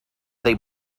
they